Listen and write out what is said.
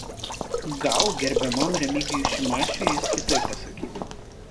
gal gerbiamam remigijui šimašiui jis kitaip pasakytų